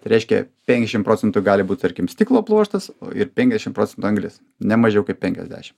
tai reiškia penkiašim procentų gali būt tarkim stiklo pluoštas ir penkiadešim procentų anglis ne mažiau kaip penkiasdešim